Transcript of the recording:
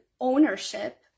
ownership